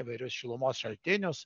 įvairius šilumos šaltinius